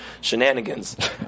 shenanigans